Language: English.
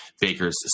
Baker's